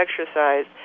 exercise